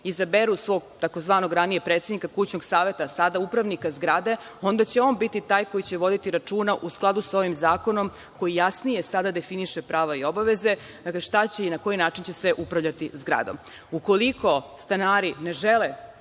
izaberu svog tzv. ranijeg predsednika kućnog saveta, sada upravnika zgrade, onda će on biti taj koji će voditi računa, u skladu sa ovim zakonom koji jasnije definiše prava i obaveze, dakle, šta će i na koji način će se upravljati zgradom. Ukoliko stanari ne žele